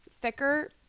thicker